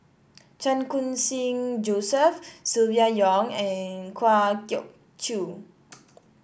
Chan Khun Sing Joseph Silvia Yong and Kwa Geok Choo